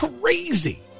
Crazy